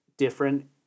different